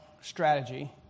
strategy